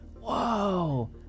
Whoa